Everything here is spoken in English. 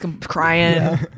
crying